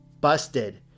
busted